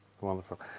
Wonderful